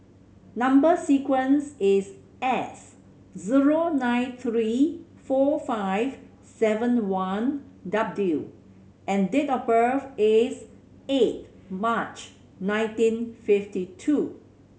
number sequence is S zero nine three four five seven one W and date of birth is eight March nineteen fifty two